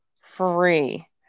free